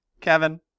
Kevin